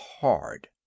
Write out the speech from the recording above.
hard